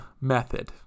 method